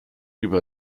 über